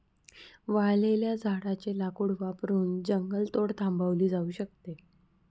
वाळलेल्या झाडाचे लाकूड वापरून जंगलतोड थांबवली जाऊ शकते